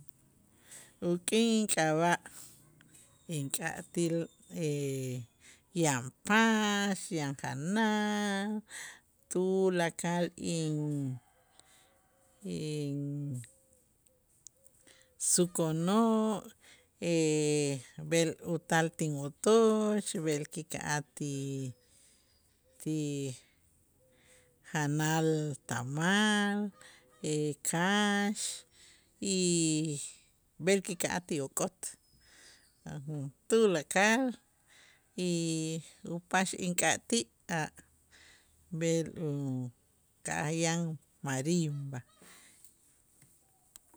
Uk'in ink'ab'a' ink'atij yan pax, yan janal tulakal in- insukunoo' b'el utal tinwotoch b'el kika'aj ti- ti janal tamal kax y b'el kika'aj ti ok'ot tulakal y upax ink'atij a' b'el uka'aj yan marimba.